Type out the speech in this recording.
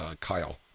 Kyle